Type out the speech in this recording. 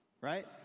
Right